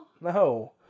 No